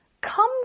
come